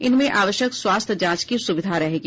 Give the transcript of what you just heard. इनमें आवश्यक स्वास्थ्य जांच की सुविधा रहेगी